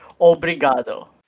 obrigado